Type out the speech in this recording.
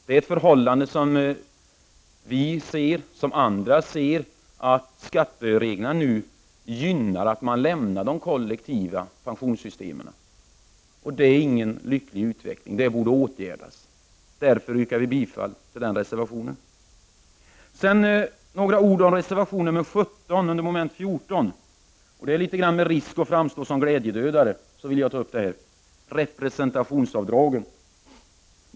Skattereglerna gynnar nu att man lämnar de kollektiva pensionssystemen. Det är ett förhållande som vi och även andra ser. Detta är ingen lycklig utveckling. Det borde åtgärdas. Därför yrkar jag bifall till den reservationen. Sedan vill jag säga några ord om reservation nr 17 under mom. 14. Med risk att framstå som glädjedödare vill jag ta upp frågan om representationsavdragen.